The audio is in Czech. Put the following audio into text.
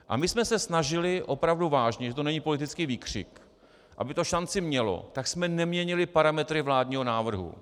A my jsme se snažili opravdu vážně, že to není politický výkřik, aby to šanci mělo, tak jsme neměnili parametry vládního návrhu.